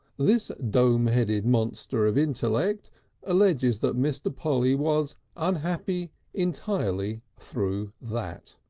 this dome-headed monster of intellect alleges that mr. polly was unhappy entirely through that.